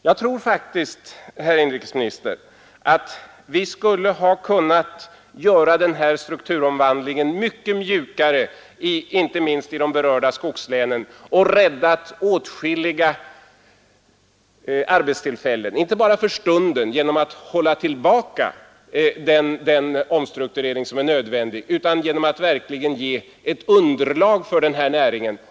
Jag tror faktiskt, herr inrikesminister, att vi skulle ha kunnat genomföra denna strukturomvandling mycket mjukare inte minst i de berörda skogslänen och därmed ha räddat åtskilliga arbetstillfällen — inte bara för stunden genom att hålla tillbaka den omstrukturering som var nödvändig utan genom att verkligen ge ett underlag för näringen.